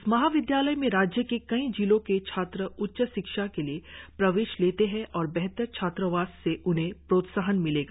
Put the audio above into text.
इस महा विदयालय में राज्य के कई जिलों के छात्र उच्च शिक्षा के लिए प्रवेश लेते है और बेहतर छात्रावास से उन्हें प्रोत्साहन मिलेगा